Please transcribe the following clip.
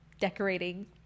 Decorating